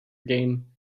game